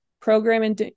programming